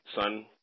son